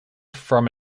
from